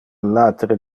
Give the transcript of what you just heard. latere